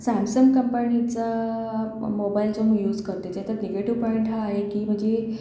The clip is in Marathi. सॅमसंग कंपनीचा मोबाइल जो मी यूज करते त्याच्यात नेगेटिव पॉइंट हा आहे की म्हणजे